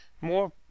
more